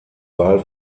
wahl